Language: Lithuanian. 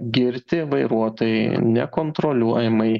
girti vairuotojai nekontroliuojamai